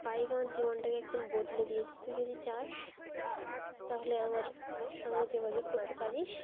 bike আমার জীবনটাকে একদম বদলে দিয়েছে তুই যদি চাস তাহলে আমার সঙ্গে যোগাযোগ করতে পারিস